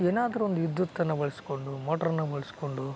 ಏನಾದರೂ ಒಂದು ವಿದ್ಯುತ್ತನ್ನು ಬಳಸ್ಕೊಂಡು ಮೋಟ್ರನ್ನು ಬಳಸ್ಕೊಂಡು